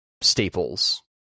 staples